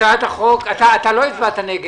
הצבעה בעד הצעת החוק פה אחד הצעת החוק אושרה.